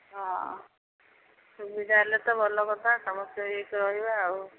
ହଁ ସୁବିଧା ହେଲେ ତ ଭଲ କଥା ସମସ୍ତେ ଏଇ ଚଳିବା ଆଉ